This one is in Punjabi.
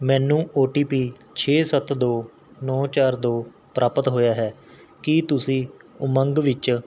ਮੈਨੂੰ ਓ ਟੀ ਪੀ ਛੇ ਸੱਤ ਦੋ ਨੌ ਚਾਰ ਦੋ ਪ੍ਰਾਪਤ ਹੋਇਆ ਹੈ ਕੀ ਤੁਸੀਂ ਉਮੰਗ ਵਿੱਚ